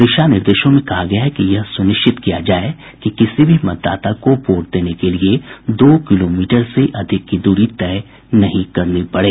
दिशा निर्देशों में कहा गया है कि यह सुनिश्चित किया जाए की किसी भी मतदाता को वोट देने के लिए दो किलोमीटर से अधिक की दूरी तय नहीं करनी पड़े